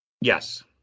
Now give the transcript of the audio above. Yes